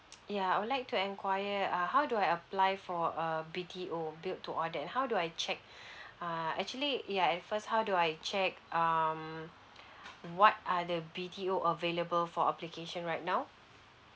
ya I would like to enquire uh how do I apply for a B_T_O build to order and how do I check err actually ya at first how do I check um what are the B_T_O available for application right now